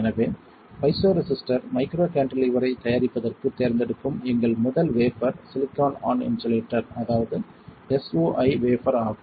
எனவே piezoresistor micro கான்டிலீவரைத் தயாரிப்பதற்குத் தேர்ந்தெடுக்கும் எங்கள் முதல் வேஃபர் சிலிக்கான் ஆன் இன்சுலேட்டர் அல்லது SOI வேஃபர் ஆகும்